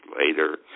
later